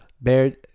bear